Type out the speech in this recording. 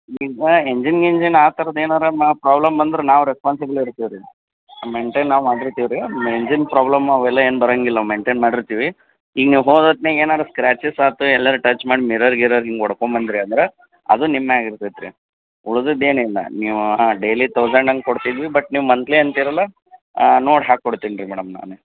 engine ಗಿಂಜಿನ್ ಆ ಥರದ್ ಏನಾದ್ರು ಮಾ ಪ್ರಾಬ್ಲಮ್ ಬಂದ್ರೆ ನಾವು ರೆಸ್ಪಾನ್ಸಿಬಲ್ ಇರ್ತೀವಿ ರೀ ಮೆಂಟೇನ್ ನಾವು ಮಾಡಿರ್ತೀವಿ ರೀ ಇಂಜಿನ್ ಪ್ರಾಬ್ಲಮ್ ಅವೆಲ್ಲ ಏನು ಬರೋಂಗಿಲ್ಲ ಮೆಂಟೇನ್ ಮಾಡಿರ್ತೀವಿ ಈಗ ನೀವು ಹೋದ್ಹೊತ್ನ್ಯಾಗ ಏನಾದ್ರು ಸ್ಕ್ರ್ಯಾಚಸ್ ಆಯ್ತು ಎಲ್ಲಾದ್ರು ಟಚ್ ಮಾಡಿ ಮಿರರ್ ಗಿರರ್ ಹೀಗ್ ಒಡ್ಕೊಂಬಂದಿರಿ ಅಂದ್ರೆ ಅದು ನಿಮ್ಯಾಗ ಇರ್ತತಿ ರೀ ಉಳ್ದದ್ದು ಏನಿಲ್ಲ ನೀವು ಹಾಂ ಡೇಲಿ ತೌಸಂಡ್ ಹಂಗ್ ಕೊಡ್ತಿದ್ವಿ ಬಟ್ ನೀವು ಮಂತ್ಲಿ ಅಂತೀರಲ್ಲ ನೋಡಿ ಹಾಕ್ಕೊಡ್ತೀನ್ ರೀ ಮೇಡಮ್ ನಾನು